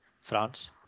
France